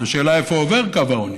השאלה היא איפה עובר קו העוני.